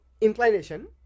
inclination